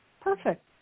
Perfect